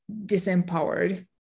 disempowered